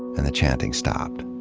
and the chanting stopped.